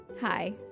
Hi